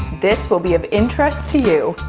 this will be of interest to you.